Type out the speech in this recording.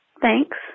thanks